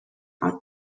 are